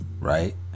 right